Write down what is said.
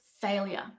failure